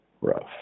rough